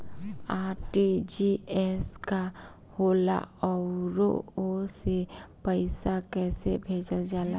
RTGS का होला आउरओ से पईसा कइसे भेजल जला?